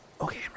okay